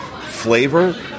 flavor